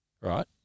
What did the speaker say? right